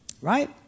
right